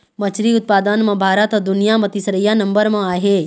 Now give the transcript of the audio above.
मछरी उत्पादन म भारत ह दुनिया म तीसरइया नंबर म आहे